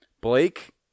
Blake